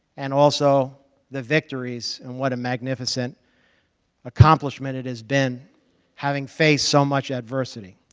and also the victories and what a magnificent accomplishment it has been having faced so much adversity,